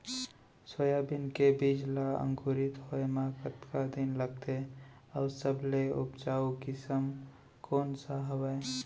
Soybean के बीज ला अंकुरित होय म कतका दिन लगथे, अऊ सबले उपजाऊ किसम कोन सा हवये?